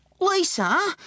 Lisa